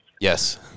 Yes